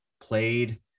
played